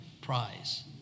prize